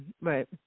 Right